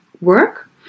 work